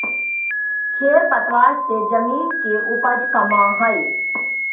खेर पतवार से जमीन के उपज कमऽ हई